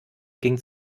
ging